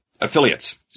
affiliates